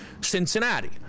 Cincinnati